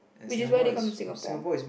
which is why they come to Singapore